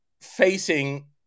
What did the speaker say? facing